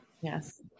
yes